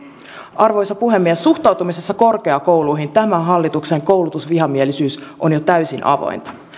arvoisa puhemies suhtautumisessa korkeakouluihin tämän hallituksen koulutusvihamielisyys on jo täysin avointa